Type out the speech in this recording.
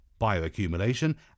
bioaccumulation